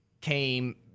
came